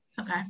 Okay